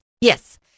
Yes